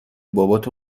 بابات